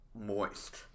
moist